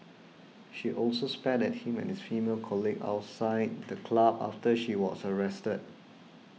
she also spat at him and his female colleague outside the club after she was arrested